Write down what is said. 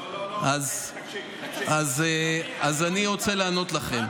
אז אני רוצה לענות לכם.